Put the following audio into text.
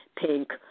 pink